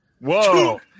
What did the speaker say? whoa